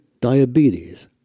diabetes